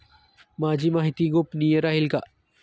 माझी माहिती गोपनीय राहील का?